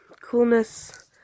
coolness